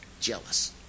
jealous